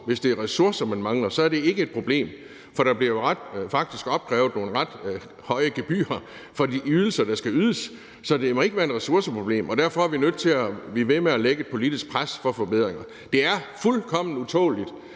hvis det er ressourcer, man mangler, så ikke er et problem. For der bliver faktisk opkrævet nogle ret høje gebyrer for de ydelser, der skal ydes. Så det må ikke være et ressourceproblem. Derfor er vi nødt til at blive ved med at lægge et politisk pres for forbedringer. Det er fuldkommen utåleligt,